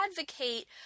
advocate